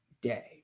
day